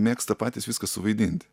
mėgsta patys viską suvaidinti